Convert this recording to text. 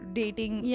dating